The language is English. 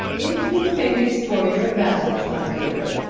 if you think it is for your advantage, my dear.